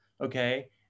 okay